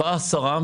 באה השרה,